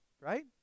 Right